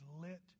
lit